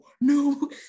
no